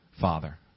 father